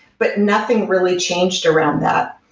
but nothing really changed around that.